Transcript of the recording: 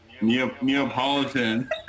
Neapolitan